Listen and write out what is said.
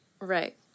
Right